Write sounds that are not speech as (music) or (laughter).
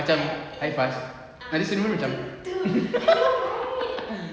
macam hi faz abeh senyum macam (laughs)